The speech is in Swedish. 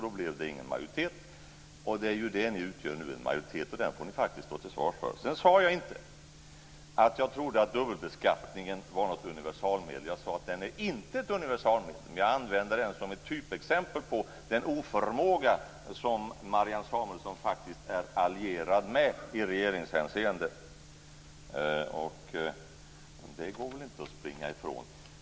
Då blev det ingen majoritet. Ni utgör nu en majoritet, och den får ni faktiskt stå till svars för. Jag sade inte att jag trodde att ett borttagande av dubbelbeskattningen var något universalmedel. Jag sade att det inte är ett universalmedel, men jag använde det som ett typexempel på den oförmåga som Marianne Samuelsson faktiskt är allierad med i regeringshänseende. Det går väl inte att springa ifrån?